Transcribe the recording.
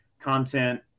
content